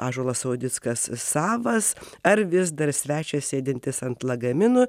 ąžuolas audickas savas ar vis dar svečias sėdintis ant lagaminų